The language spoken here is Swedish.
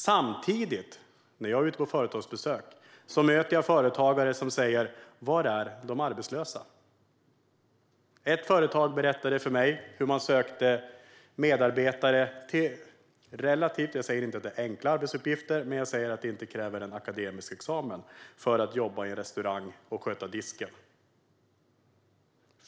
Samtidigt möter jag när jag är ute på företagsbesök företagare som säger: Var är de arbetslösa? Ett företag berättade för mig att man sökte medarbetare till relativt . jag säger inte enkla arbetsuppgifter, men jag säger att det inte kräver en akademisk examen att jobba på restaurang och sköta disken.